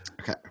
Okay